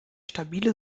stabile